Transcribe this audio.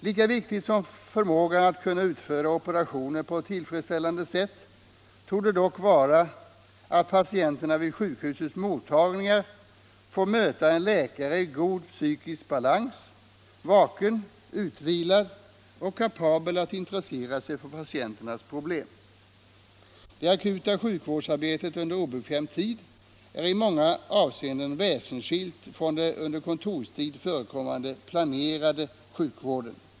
Lika viktigt som att kunna utföra operationer på ett tillfredsställande sätt torde dock vara att patienterna vid sjukhusens mottagningar får möta en läkare i god psykisk balans, vaken, utvilad och kapabel att intressera sig för patienternas problem. Det akuta sjukvårdsarbetet under obekväm tid är i många avseenden väsensskilt från den under kontorstid förekommande planerade sjukvården.